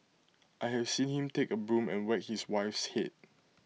I have seen him take A broom and whack his wife's Head